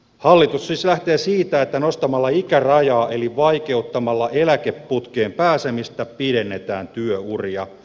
hallitus siis lähtee siitä että nostamalla ikärajaa eli vaikeuttamalla eläkeputkeen pääsemistä pidennetään työuria